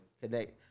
connect